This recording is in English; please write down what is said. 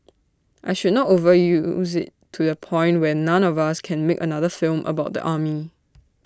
I should not overuse IT to the point where none of us can make another film about the army